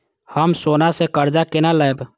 हम सोना से कर्जा केना लैब?